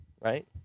right